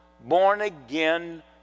born-again